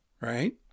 right